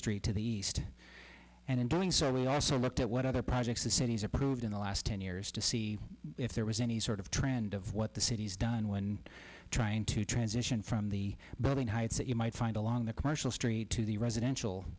street to the east and in doing so we also looked at what other projects the cities are proved in the last ten years to see if there was any sort of trend of what the city's done when trying to transition from the building heights that you might find along the commercial street to the residential